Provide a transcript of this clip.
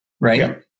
right